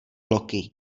loki